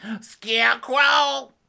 Scarecrow